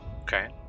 Okay